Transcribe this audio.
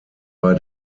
bei